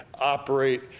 operate